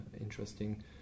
interesting